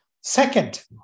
Second